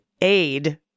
aid